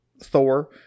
Thor